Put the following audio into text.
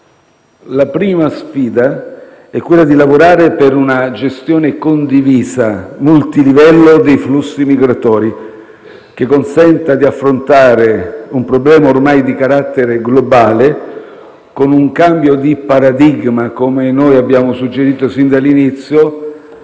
La prima sfida è quella di lavorare per una gestione condivisa multilivello dei flussi migratori, che consenta di affrontare un problema ormai di carattere globale con un cambio di paradigma - come noi abbiamo suggerito sin dall'inizio